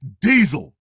Diesel